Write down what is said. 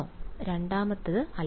വിദ്യാർത്ഥി രണ്ടാമതൊന്നുമല്ല